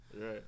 Right